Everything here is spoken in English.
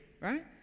right